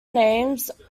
names